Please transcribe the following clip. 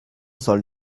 soll